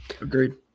Agreed